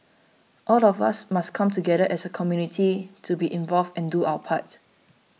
all of us must come together as a community to be involved and do our part